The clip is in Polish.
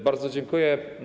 Bardzo dziękuję.